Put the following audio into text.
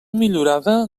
millorada